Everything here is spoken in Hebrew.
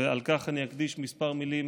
ולכך אקדיש כמה מילים